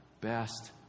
best